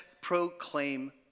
proclaim